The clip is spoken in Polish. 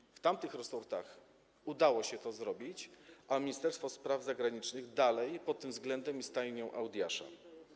I w tamtych resortach udało się to zrobić, a Ministerstwo Spraw Zagranicznych dalej pod tym względem jest stajnią Augiasza.